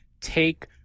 take